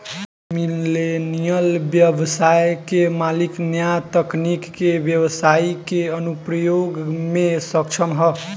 millennial ब्यबसाय के मालिक न्या तकनीक के ब्यबसाई के अनुप्रयोग में सक्षम ह